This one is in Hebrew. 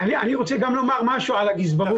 אני רוצה גם לומר משהו על הגזברות,